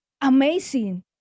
amazing